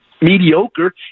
mediocre